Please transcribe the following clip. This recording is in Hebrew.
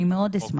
אני מאוד אשמח.